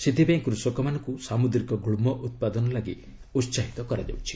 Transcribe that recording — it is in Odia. ସେଥିପାଇଁ କୃଷକମାନଙ୍କୁ ସାମୁଦ୍ରିକ ଗୁଳ୍ମ ଉତ୍ପାଦନ ଲାଗି ଉତ୍ସାହିତ କରାଯାଉଛି